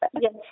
Yes